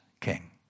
king